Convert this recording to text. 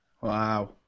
Wow